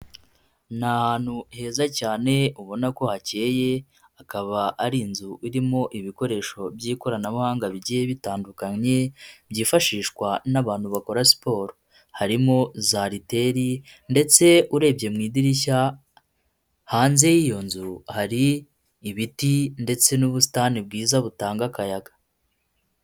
Ni ahantu heza cyane ubona ko hakeyeye, hakaba ari inzu irimo ibikoresho by'ikoranabuhanga bigiye bitandukanye, byifashishwa n'abantu bakora siporo, harimo za riteri, ndetse urebye mu idirishya hanze y'iyo nzu hari ibiti, ndetse n'ubusitani bwiza butanga akayaga.